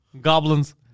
Goblins